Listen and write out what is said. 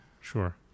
sure